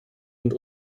und